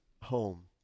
home